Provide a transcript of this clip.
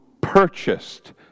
purchased